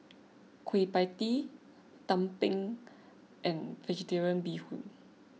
Kueh Pie Tee Tumpeng and Vegetarian Bee Hoon